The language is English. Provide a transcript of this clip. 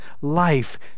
life